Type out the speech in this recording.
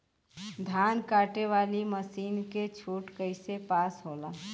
धान कांटेवाली मासिन के छूट कईसे पास होला?